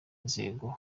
nzego